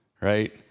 right